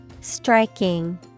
Striking